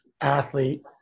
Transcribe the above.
athlete